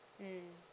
mmhmm